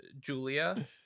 julia